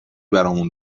برامون